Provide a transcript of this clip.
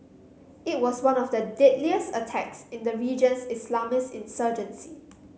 it was one of the deadliest attacks in the region's Islamist insurgency